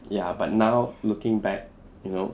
ya but now looking back you know